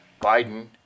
Biden